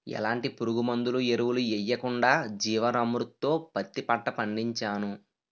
ఎలాంటి పురుగుమందులు, ఎరువులు యెయ్యకుండా జీవన్ అమృత్ తో పత్తి పంట పండించాను